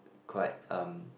quite um